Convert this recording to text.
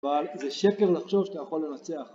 אבל זה שקר לחשוב שאתה יכול לנצח.